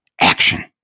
action